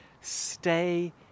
stay